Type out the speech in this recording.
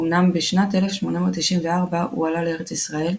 אמנם בשנת 1894 הוא עלה לארץ ישראל,